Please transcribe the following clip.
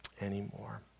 anymore